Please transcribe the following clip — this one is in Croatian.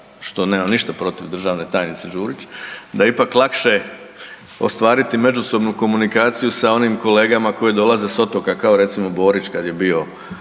što nemam ništa protiv državne tajnice Đurić, da je ipak lakše ostvariti međusobnu komunikaciju sa onim kolegama koji dolaze s otoka kao recimo Borić kad je bio